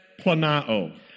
planao